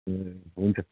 ए हुन्छ